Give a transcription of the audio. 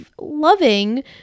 loving